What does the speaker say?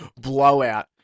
blowout